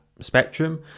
spectrum